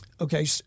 Okay